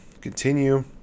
continue